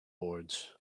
boards